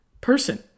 person